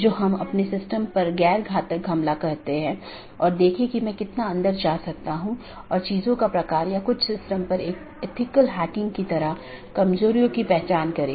अब ऑटॉनमस सिस्टमों के बीच के लिए हमारे पास EBGP नामक प्रोटोकॉल है या ऑटॉनमस सिस्टमों के अन्दर के लिए हमारे पास IBGP प्रोटोकॉल है अब हम कुछ घटकों को देखें